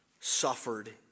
suffered